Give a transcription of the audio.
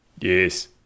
Yes